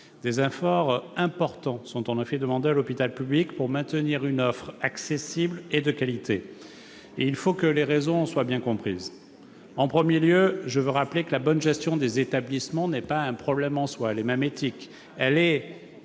Des efforts importants sont demandés à l'hôpital public pour maintenir une offre accessible et de qualité. Il faut que les raisons en soient bien comprises. Je veux d'abord rappeler que la bonne gestion des établissements n'est pas un problème en soi ; elle est même éthique